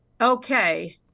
okay